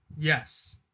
Yes